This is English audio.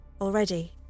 Already